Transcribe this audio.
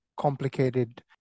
complicated